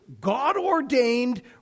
God-ordained